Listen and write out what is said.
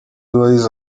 wahize